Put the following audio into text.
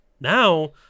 now